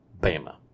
Bama